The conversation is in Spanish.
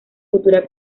futura